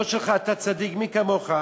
לא שלך, אתה צדיק, מי כמוך?